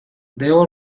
debo